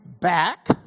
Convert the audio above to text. back